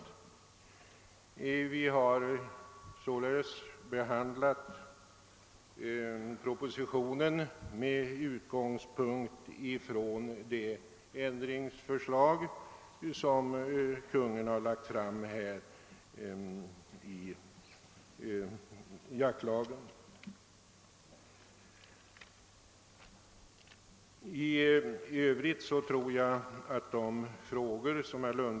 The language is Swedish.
Därför har vi i utskottet vid behandlingen av propositionen utgått från de ändringsförslag i jaktlagen som Kungl. Maj:t lagt fram.